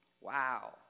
Wow